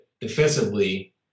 defensively